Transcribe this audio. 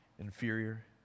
Inferior